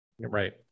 Right